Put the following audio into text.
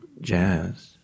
jazz